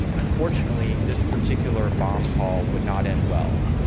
unfortunately, this particular bomb call would not end well.